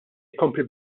jkompli